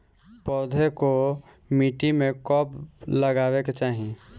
पौधे को मिट्टी में कब लगावे के चाही?